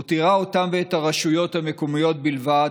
מותירה אותם ואת הרשויות המקומיות בלבד